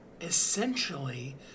essentially